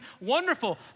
Wonderful